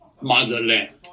motherland